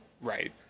right